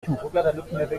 tout